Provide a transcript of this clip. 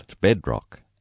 bedrock